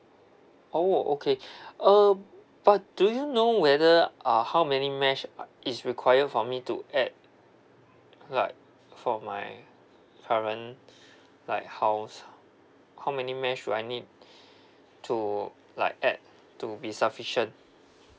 oh okay um but do you know whether uh how many mesh uh is require for me to add like for my current like house how many mesh should I need to like add to be sufficient